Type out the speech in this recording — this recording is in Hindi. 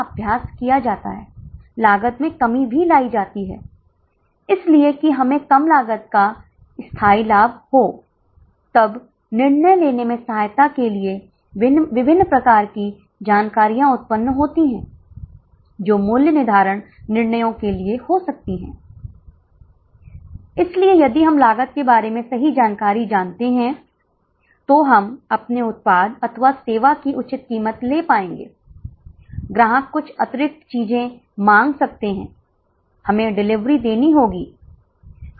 अब आइए हम वास्तव में बीईपी और अन्य चीजों की गणना करने के लिए कहें लेकिन सी भाग में उन्होंने हमें छात्रों की संख्या के अनुसार विभिन्न लागतों की गणना करने के लिए भी कहा है